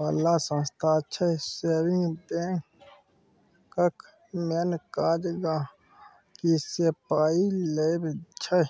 बला संस्था छै सेबिंग बैंकक मेन काज गांहिकीसँ पाइ लेब छै